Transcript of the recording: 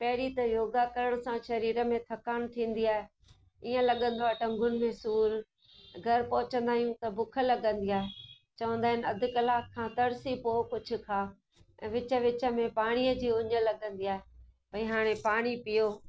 पहिरीं त योगा करण सां शरीर में थकानु थींदी आहे ईअं लगंदो आहे टंगुनि में सूर घर पहुंचंदा आहियूं त बुख लगंदी आहे चवंदा आहिनि अधि कलाकु खां तर्सी पोइ कुझु खा ऐं विच विच में पाणीअ जी ऊञ लगंदी आहे भई हाणे पाणी पियो